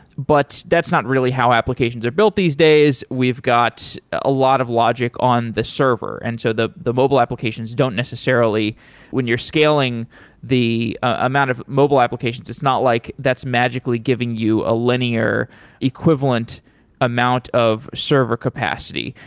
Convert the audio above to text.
but that's not really how applications are built these days. we've got a lot of logic on the server, and so the the mobile applications don't necessarily when you're scaling the amount of mobile applications, it's not like that's magically giving you a linear equivalent amount of server capacity.